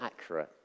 accurate